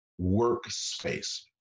workspace